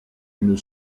une